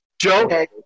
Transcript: Joe